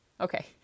Okay